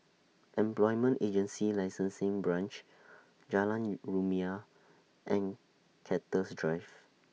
Employment Agency Licensing Branch Jalan Rumia and Cactus Drive